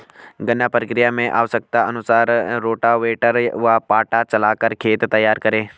गन्ना प्रक्रिया मैं आवश्यकता अनुसार रोटावेटर व पाटा चलाकर खेत तैयार करें